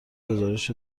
گزارش